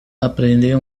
apprender